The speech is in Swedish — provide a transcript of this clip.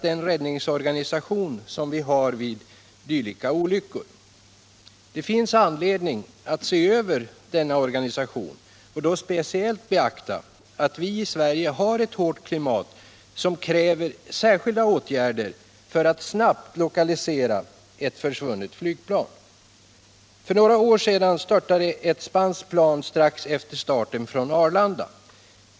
Den räddningsorganisation som vi har vid dylika olyckor har kritiserats från olika håll. Det finns all anledning att se över denna organisation, och då speciellt beakta att vi i Sverige har ett hårt klimat som kräver särskilda åtgärder för att snabbt kunna lokalisera ett försvunnet flygplan. För några år sedan störtade ett spanskt plan strax efter starten från Arlanda.